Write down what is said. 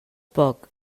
poc